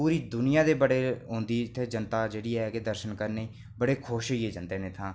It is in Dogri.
पूरी दुनिया दी औंदी बड़ी इत्थै जनता जेह्ड़ी ऐ कि दर्शन करने गी बड़े खुश होइयै जंदे न इत्थै